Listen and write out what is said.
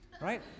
right